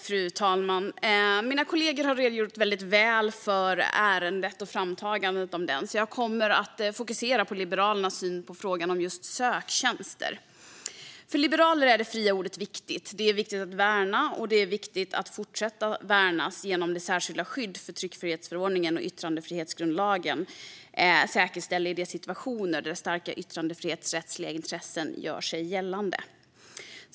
Fru talman! Mina kollegor har redogjort väl för ärendet och framtagandet av det, så jag kommer att fokusera på Liberalernas syn på frågan om just söktjänster. För liberaler är det fria ordet viktigt. Det är viktigt att värna och att fortsätta värna genom det särskilda skydd som tryckfrihetsförordningen och yttrandefrihetsgrundlagen säkerställer i de situationer där starka yttrandefrihetsrättsliga intressen gör sig gällande.